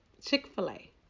Chick-fil-A